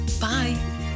bye